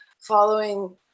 following